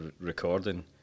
recording